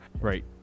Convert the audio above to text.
right